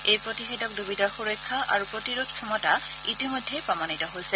এই প্ৰতিষেধক দুবিধৰ সুৰক্ষা আৰু প্ৰতিৰোধ ক্ষমতা ইতিমধ্যে প্ৰমাণিত হৈছে